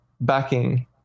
backing